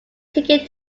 taken